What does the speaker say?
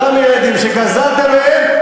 ואותם ילדים שגזרת מהם,